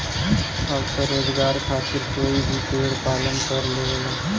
अब त रोजगार खातिर कोई भी भेड़ पालन कर लेवला